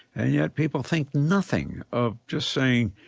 and yet people think nothing of just saying,